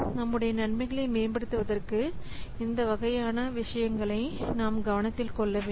நம்முடைய நன்மைகளை மேம்படுத்துவதற்கு இந்த வகையான விஷயங்களை நாம் கவனித்துக் கொள்ள வேண்டும்